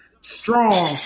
strong